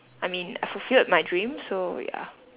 I mean I fulfilled my dream so ya